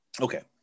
okay